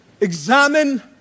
examine